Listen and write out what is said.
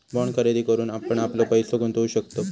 bond खरेदी करून आपण आपलो पैसो गुंतवु शकतव